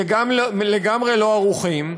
לגמרי לא ערוכים,